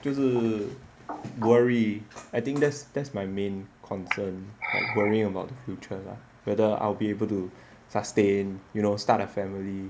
就是 worry I think that's that's my main concern worrying about future lah whether I'll be able to sustain you know start a family